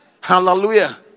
Hallelujah